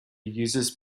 uses